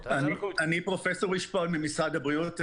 אני פרופ' רשפון ממשרד הבריאות.